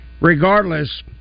Regardless